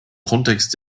kontext